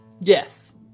Yes